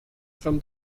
form